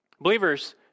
Believers